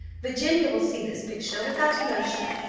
virginia will see this picture without emotion,